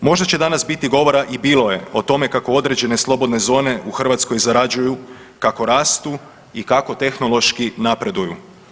Možda će danas biti govora i bilo je o tome kako određene slobodne zone u Hrvatskoj zarađuju, kako rastu i kako tehnološki napreduju.